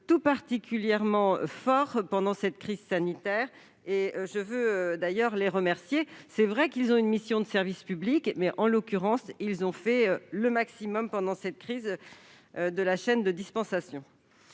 plus particulièrement le cas encore pendant la crise sanitaire, ce dont je veux les remercier. Il est vrai qu'ils exercent une mission de service public, mais, en l'occurrence, ils ont fait le maximum pendant cette crise de la chaîne de dispensation.